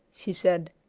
she said.